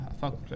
fuck